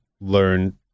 learn